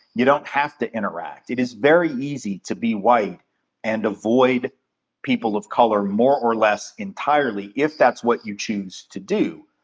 you don't have to interact. it is very easy to be white and avoid people of color more or less entirely, if that's what you choose to do.